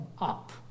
up